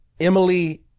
Emily